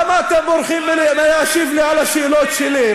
למה אתם בורחים מלהשיב לי על השאלות שלי?